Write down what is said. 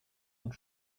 und